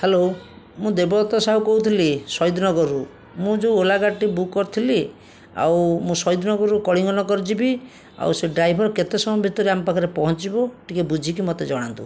hello ମୁଁ ଦେବଦତ୍ତ ସାହୁ କହୁଥିଲି ଶହୀଦନଗରରୁ ମୁଁ ଯେଉଁ ଓଲା ଗାଡ଼ିଟି ବୁକ୍ କରିଥିଲି ଆଉ ମୁଁ ଶହୀଦନଗରରୁ କଳିଙ୍ଗନଗର ଯିବି ଆଉ ସେ ଡ୍ରାଇଭର କେତେ ସମୟ ଭିତରେ ଆମ ପାଖରେ ପହଞ୍ଚିବ ଟିକିଏ ବୁଝିକି ମୋତେ ଜଣାନ୍ତୁ